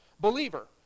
Believer